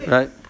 Right